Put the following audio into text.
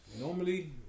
normally